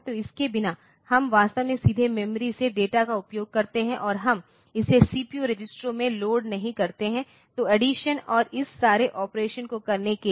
तो इसके बिना हम वास्तव में सीधे मेमोरी से डेटा का उपयोग करते हैं और हम इसे सीपीयू रजिस्टरों में लोड नहीं करते हैं तो अड्डीसन और इस सारे ऑपरेशन को करने के लिए